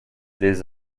des